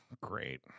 Great